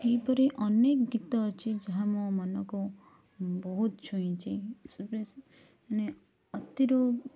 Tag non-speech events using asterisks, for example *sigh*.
ଏହିପରି ଅନେକ ଗୀତ ଅଛି ଯାହା ମୋ ମନକୁ ବହୁତ ଛୁଇଁଛି *unintelligible* ମାନେ ଅତିରୁ